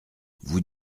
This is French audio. vous